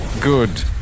good